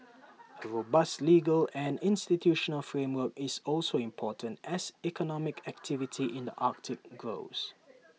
A robust legal and institutional framework is also important as economic activity in the Arctic grows